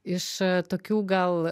iš tokių gal